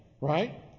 right